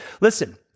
listen